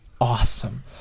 awesome